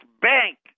bank